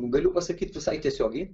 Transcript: galiu pasakyti visai tiesiogiai